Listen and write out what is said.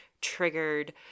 triggered